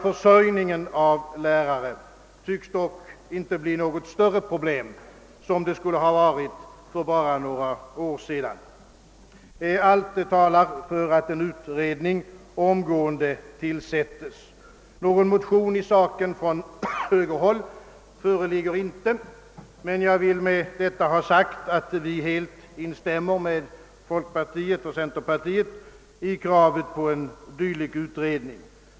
Försörjningen med «lärare tycks dock inte bli något större problem, vilket det skulle ha varit för bara några år sedan. Allt talar för att en utredning omgående tillsätts. Någon motion i saken från högerhåll föreligger inte, men jag vill med detta ha sagt, att vi helt instämmer med folkpartiet och centerpartiet i kravet på en dylik utredning.